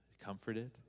comforted